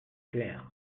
clair